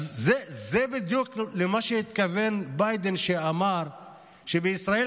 אז זה בדיוק מה שהתכוון ביידן כשאמר שבישראל